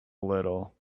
little